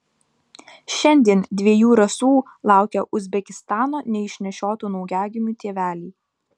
šiandien dviejų rasų laukia uzbekistano neišnešiotų naujagimių tėveliai